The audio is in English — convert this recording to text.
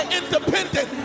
independent